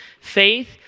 Faith